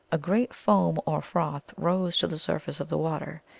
a great foam, or froth, rose to the sur face of the water.